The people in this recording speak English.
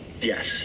Yes